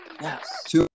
Yes